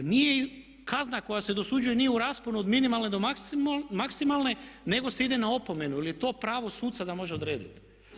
Čak nije, kazna koja se dosuđuje nije u rasponu od minimalne do maksimalne nego se ide na opomenu jer je to pravo suca da može odrediti.